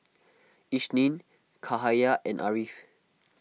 Isnin Cahaya and Ariff